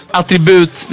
attribut